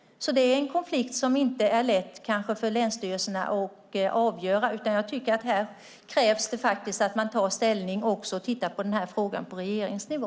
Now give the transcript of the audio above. Det här är en konflikt som det kanske inte är lätt för länsstyrelser att avgöra. Jag menar att här krävs att man tar ställning och också tittar på frågan på regeringsnivå.